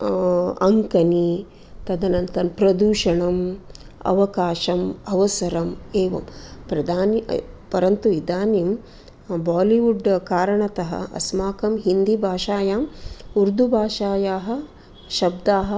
अङ्कनी तदनन्तरं प्रदूषणम् अवकाशम् अवसरम् एवं प्रधानि परन्तु इदानीम् बालिवुड् कारणतः अस्माकं हिन्दि भाषायां उर्दु भाषायाः शब्दाः